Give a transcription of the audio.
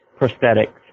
prosthetics